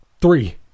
Three